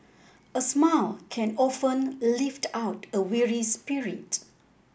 a smile can often lift out a weary spirit